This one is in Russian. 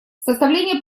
составление